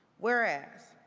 whereas,